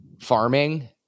farming